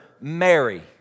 Mary